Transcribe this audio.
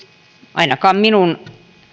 ainakaan minun